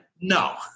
No